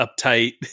uptight